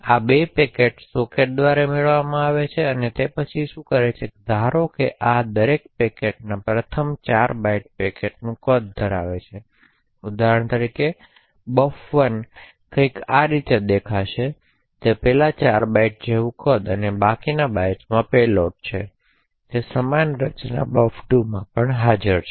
તેથી આ 2 પેકેટો સોકેટ્સ દ્વારા મેળવવામાં આવે છે અને તે પછી તે શું કરે છે તે ધારે છે કે આ દરેક પેકેટોના પ્રથમ 4 બાઇટ્સ પેકેટનું કદ ધરાવે છે તેથી ઉદાહરણ તરીકે બફર 1 આ રીતે કંઈક દેખાશે તેના પહેલા 4 બાઇટ્સ જેવો કદ અને બાકીના બાઇટ્સમાં પેલોડ હશે અને સમાન રચના બફર 2 માં પણ હાજર છે